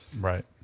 Right